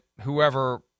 whoever